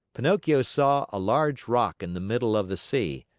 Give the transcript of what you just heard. pinocchio saw a large rock in the middle of the sea,